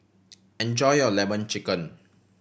enjoy your Lemon Chicken